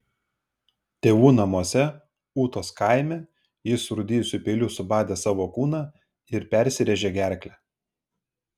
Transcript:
tėvų namuose ūtos kaime jis surūdijusiu peiliu subadė savo kūną ir persirėžė gerklę